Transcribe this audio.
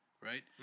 right